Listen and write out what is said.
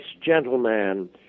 gentleman